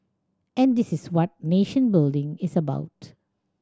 and this is what nation building is about